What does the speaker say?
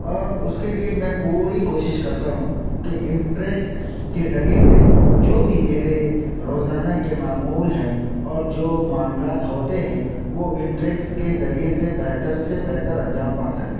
اور اس کے لیے میں پوری کوشش کرتا ہوں کہ انٹریکس کے ذریعے سے جو بھی میرے روزانہ کے معمول ہیں اور جو معاملات ہوتے ہیں وہ انٹریکس کے ذریعے سے بہتر سے بہتر انجام پا سکیں